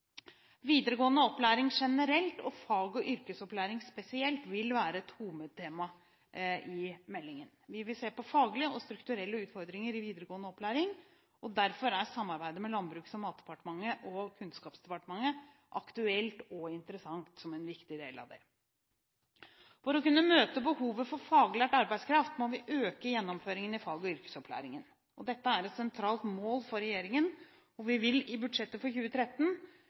Videregående opplæring generelt og fag- og yrkesopplæringen spesielt vil være et hovedtema i meldingen. Vi vil se på faglige og strukturelle utfordringer i videregående opplæring. Derfor er samarbeidet mellom Landbruks- og matdepartementet og Kunnskapsdepartementet aktuelt og interessant som en viktig del av det. For å kunne møte behovet for faglært arbeidskraft må vi øke gjennomføringen i fag- og yrkesopplæringen. Dette er et sentralt mål for regjeringen, og vi vil i budsjettet for 2013